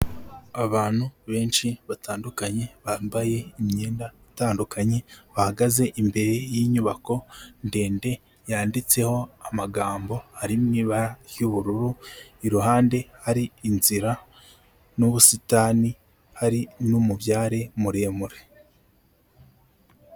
Abantu benshi batandukanye, bambaye imyenda itandukanye, bahagaze imbere y'inyubako ndende yanditseho amagambo ari mu ibara ry'ubururu, iruhande hari inzira n'ubusitani, hari n'umubyare muremure.